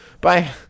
Bye